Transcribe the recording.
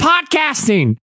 Podcasting